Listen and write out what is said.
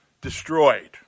destroyed